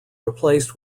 replaced